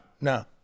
No